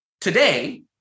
Today